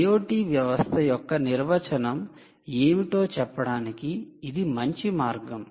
IoT వ్యవస్థ యొక్క నిర్వచనం ఏమిటో చెప్పడానికి ఇది మంచి మార్గం